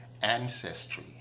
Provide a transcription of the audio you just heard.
Ancestry